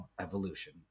evolution